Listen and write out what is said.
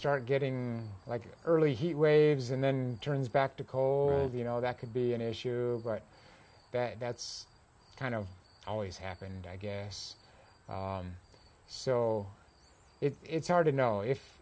start getting like early heat waves and then turns back to cold you know that could be an issue but that that's kind of always happened i guess so it's hard to know if